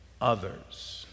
Others